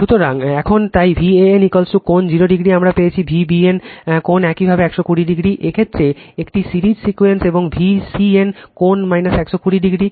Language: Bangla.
সুতরাং এখন তাই Van কোণ 0 ডিগ্রি আমরা পেয়েছি Vbn কোণ একইভাবে 120 ডিগ্রি এই ক্ষেত্রে একটি সিরিজ সিকোয়েন্স এবং Vcn কোণ 120 ডিগ্রি